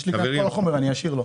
יש לי כאן את כל החומר, אני אשאיר לו.